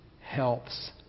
helps